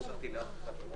על סדר-היום: